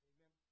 Amen